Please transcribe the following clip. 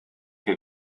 che